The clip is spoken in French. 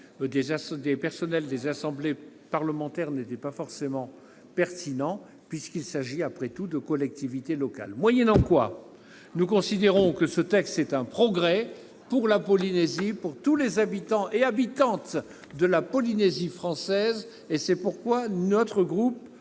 des personnels des assemblées parlementaires n'était pas pertinente puisqu'il s'agit, après tout, de collectivités locales. Moyennant quoi nous considérons que ce texte est un progrès pour la Polynésie française, pour tous ses habitants et toutes ses habitantes. C'est pourquoi notre groupe